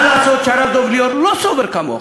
מה לעשות שהרב דב ליאור לא סובר כמוך,